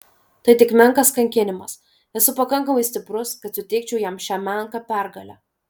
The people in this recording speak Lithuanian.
tai tik menkas kankinimas esu pakankamai stiprus kad suteikčiau jam šią menką pergalę